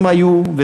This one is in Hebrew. אם היו,